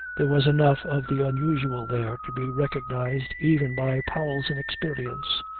there was enough of the unusual there to be recognized even by powell's inexperience.